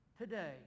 today